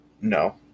No